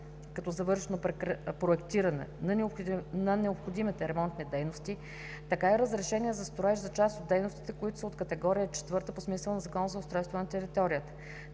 като завършено проектиране на необходимите ремонтни дейности, така и разрешение за строеж за част от дейностите, които са от категория четвърта по смисъла на Закона за устройство на територията.